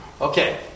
Okay